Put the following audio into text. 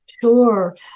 Sure